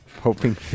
hoping